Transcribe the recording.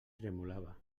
tremolava